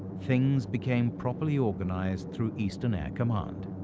things became properly organized through eastern air command.